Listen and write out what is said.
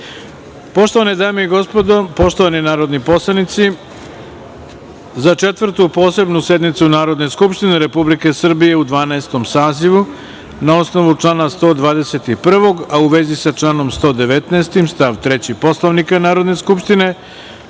Srbiji. Poštovane dame i gospodo, poštovani narodni poslanici, za Četvrtu posebnu sednicu Narodne skupštine Republike Srbije u Dvanaestom sazivu, na osnovu člana 121, a u vezi sa članom 119. stav 3. Poslovnika Narodne skupštine,